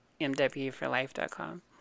mwforlife.com